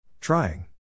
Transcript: Trying